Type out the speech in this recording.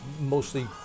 mostly